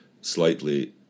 slightly